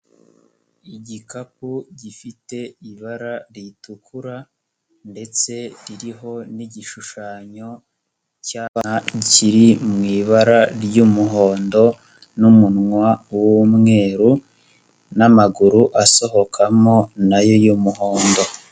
Igikapu gifite ibara ritukura ndetse ririho n'igishushanyo cyaba kiri mu ibara ry'umuhondo n'umunwa w'umweru n'amaguru asohokamo nayo y'umuhondo.